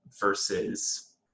versus